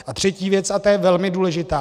A třetí věc a ta je velmi důležitá.